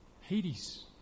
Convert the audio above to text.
Hades